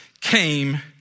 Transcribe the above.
came